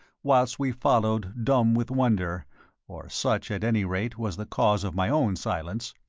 whilst we followed dumb with wonder or such at any rate was the cause of my own silence.